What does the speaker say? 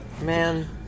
Man